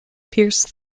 pierce